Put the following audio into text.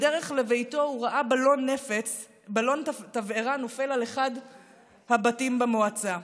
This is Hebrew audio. בדרך לביתו הוא ראה בלון תבערה נופל על אחד הבתים במועצה.